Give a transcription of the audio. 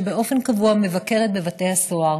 שבאופן קבוע מבקרת בבתי הסוהר